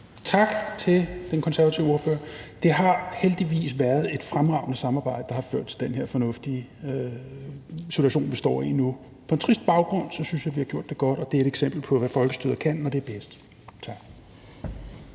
Tak til den konservative ordfører. Det har heldigvis været et fremragende samarbejde, der har ført til den her fornuftige situation, vi står i nu. På en trist baggrund synes jeg, vi har gjort det godt, og det er et eksempel på, hvad folkestyret kan, når det er bedst. Tak.